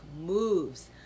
moves